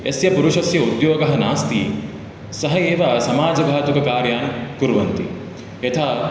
यस्य पुरुषस्य उद्योगः नास्ति सः एव समाजघातुककार्याणि कुर्वन्ति यथा